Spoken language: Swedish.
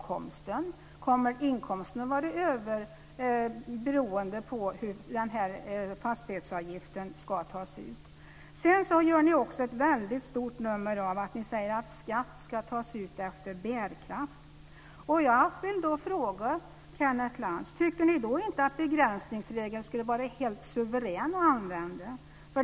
Kommer inkomsten att avgöra hur fastighetsavgiften ska tas ut? Sedan gör ni också ett väldigt stort nummer av att skatt ska tas ut efter bärkraft. Jag vill då fråga Kenneth Lantz: Tycker ni då inte att begränsningsregeln skulle vara helt suverän att använda?